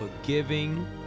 forgiving